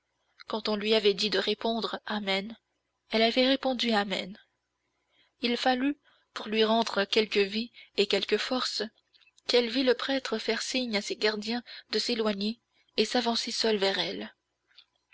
quand on lui avait dit de répondre amen elle avait répondu amen il fallut pour lui rendre quelque vie et quelque force qu'elle vit le prêtre faire signe à ses gardiens de s'éloigner et s'avancer seul vers elle